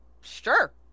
Sure